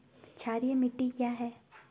क्षारीय मिट्टी क्या है?